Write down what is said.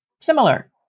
similar